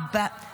ארבעה ומעלה.